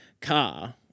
car